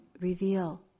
reveal